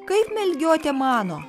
kaip melgiotė mano